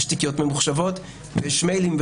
יש תיקיות ממוחשבות ויש מיילים,